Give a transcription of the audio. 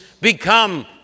become